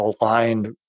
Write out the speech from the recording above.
aligned